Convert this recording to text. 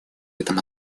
этом